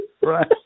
Right